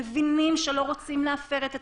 מבינים שלא רוצים להפר את התנאים.